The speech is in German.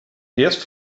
erst